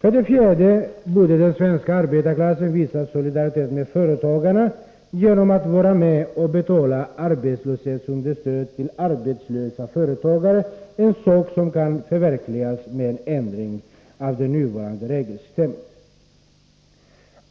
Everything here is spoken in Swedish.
För det fjärde borde den svenska arbetarklassen visa solidaritet med företagarna genom att vara med och betala arbetslöshetsunderstöd till arbetslösa företagare — något som kan förverkligas med en ändring av det nuvarande regelsystemet.